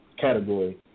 category